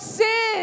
sin